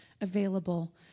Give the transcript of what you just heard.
available